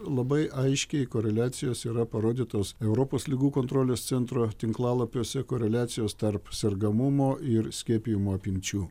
labai aiškiai koreliacijos yra parodytos europos ligų kontrolės centro tinklalapiuose koreliacijos tarp sergamumo ir skiepijimo apimčių